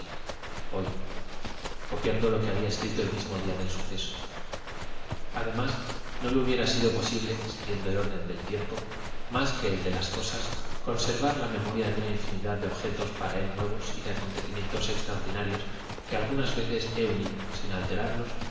hoy copiando lo que había escrito el mismo día del suceso además no le hubiera sido posible siguiendo el orden del tiempo más que el de las cosas conservar la memoria de una infinidad de objetos para él nuevos y de acontecimientos extraordinarios que algunas veces he unido sin alterarlos